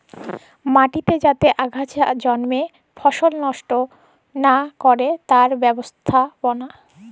মাটিতে যাতে আগাছা জল্মে ফসল লস্ট লা ক্যরে তার ব্যবস্থাপালা